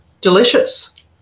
Delicious